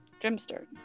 Gemstone